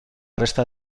resta